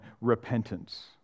repentance